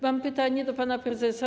Mam pytanie do pana prezesa.